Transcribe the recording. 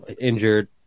injured